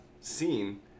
scene